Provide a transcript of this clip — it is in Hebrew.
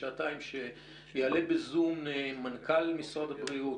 שיעלה בזום מנכ"ל משרד הבריאות,